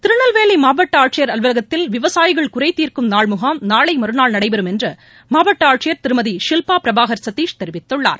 திருநெல்வேலி மாவட்ட ஆட்சியர் அலுவலகத்தில் விவசாயிகள் குறை தீர்க்கும் நாள் முகாம் நாளை மறுநாள் நடைபெறும் என்று மாவட்ட ஆட்சியர் திருமதி ஷில்பா பிரபாகர் சதீஷ் தெரிவித்துள்ளார்